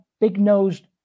big-nosed